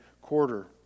quarter